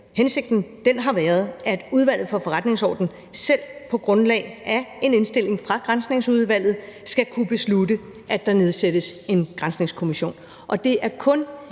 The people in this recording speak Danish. regler, har været, at Udvalget for Forretningsordenen selv på grundlag af en indstilling fra Granskningsudvalget skal kunne beslutte, at der nedsættes en granskningskommission, og det er kun